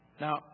Now